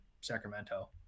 Sacramento